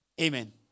Amen